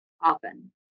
often